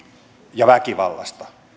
ja väkivallasta